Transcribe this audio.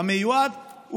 מכובדי השר,